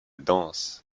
danse